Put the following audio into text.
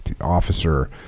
officer